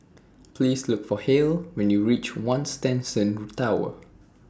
Please Look For Hale when YOU REACH one Shenton Tower